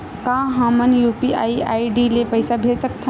का हम UPI ID ले पईसा भेज सकथन?